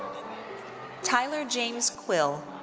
tyler james quill.